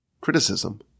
criticism